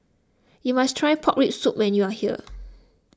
you must try Pork Rib Soup when you are here